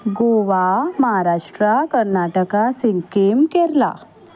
Goa Maharashtra Karnataka Sikkim Kerala